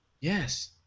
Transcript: Yes